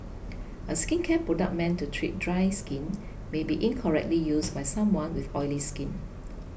a skincare product meant to treat dry skin may be incorrectly used by someone with oily skin